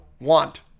Want